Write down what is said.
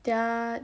they are